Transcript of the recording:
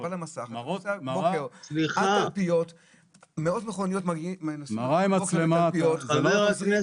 מאות מכוניות נוסעות --- זה לא נכון.